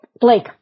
Blake